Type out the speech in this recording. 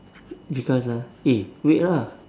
because ah eh wait lah